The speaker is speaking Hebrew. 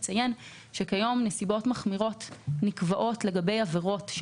אני אציין שנסיבות מחמירות נקבעות היום לגבי עבירות,